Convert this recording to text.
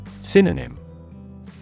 Synonym